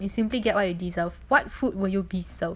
we simply get what you deserve what food will be served